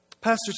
Pastor